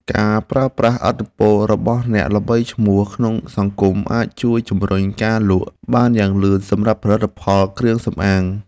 ការប្រើប្រាស់ឥទ្ធិពលរបស់អ្នកល្បីឈ្មោះក្នុងសង្គមអាចជួយជម្រុញការលក់បានយ៉ាងលឿនសម្រាប់ផលិតផលគ្រឿងសម្អាង។